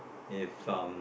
if some